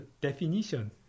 definition